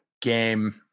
game